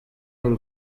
b’u